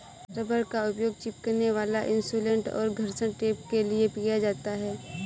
rubber का उपयोग चिपकने वाला इन्सुलेट और घर्षण टेप के लिए किया जाता है